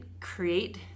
create